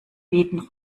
beten